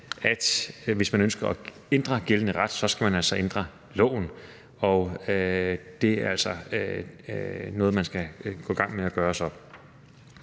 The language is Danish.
at hvis man ønsker at ændre gældende ret, skal man altså ældre loven, og det er så noget, man skal gå i gang med at gøre.